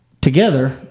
together